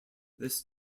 this